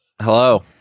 Hello